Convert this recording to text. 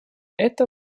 это